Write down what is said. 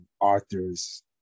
authors